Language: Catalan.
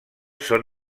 són